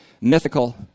mythical